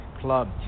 club